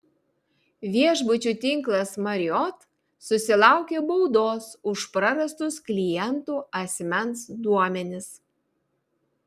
viešbučių tinklas marriott susilaukė baudos už prarastus klientų asmens duomenis